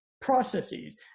processes